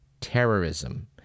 terrorism